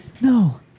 No